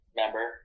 member